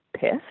pissed